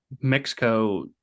Mexico